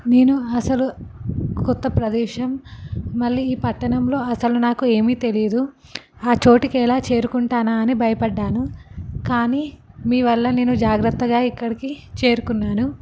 నేను అసలు కొత్త ప్రదేశం మళ్ళీ ఈ పట్టణంలో అసలు నాకు ఏమీ తెలీయదు ఆ చోటికి ఎలా చేరుకుంటానా అని భయపడ్డాను కానీ మీ వల్ల నేను జాగ్రత్తగా ఇక్కడికి చేరుకున్నాను